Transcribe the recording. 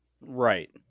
Right